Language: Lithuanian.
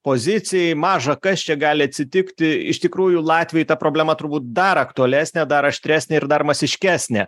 pozicijai maža kas čia gali atsitikti iš tikrųjų latvijoj ta problema turbūt dar aktualesnė dar aštresnė ir dar masiškesnė